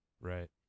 Right